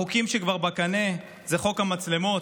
החוקים שכבר בקנה הם חוק המצלמות,